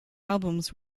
albums